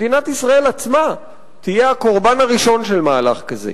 מדינת ישראל עצמה תהיה הקורבן הראשון של מהלך כזה.